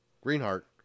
Greenheart